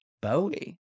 Bowie